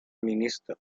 ministro